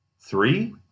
Three